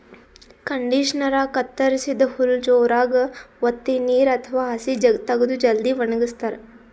ಕಂಡಿಷನರಾ ಕತ್ತರಸಿದ್ದ್ ಹುಲ್ಲ್ ಜೋರಾಗ್ ವತ್ತಿ ನೀರ್ ಅಥವಾ ಹಸಿ ತಗದು ಜಲ್ದಿ ವಣಗಸ್ತದ್